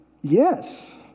Yes